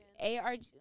A-R-G